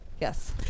Yes